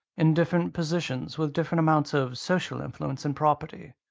in different positions, with different amounts of social influence and property.